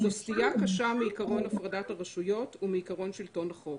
זו סטייה קשה מעקרון הפרדת הרשויות ומעיקרון שלטון החוק.